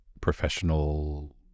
professional